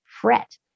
fret